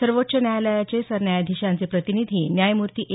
सर्वोच्च न्यायालयाच्या सरन्यायधिशांचे प्रतिनिधी न्यायमूर्ती ए